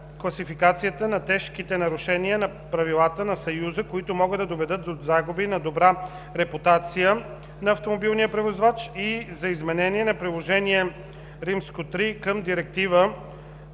класификацията на тежките нарушения на правилата на Съюза, които могат да доведат до загуба на добрата репутация на автомобилния превозвач, и за изменение на Приложение III към Директива